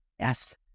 Yes